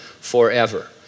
forever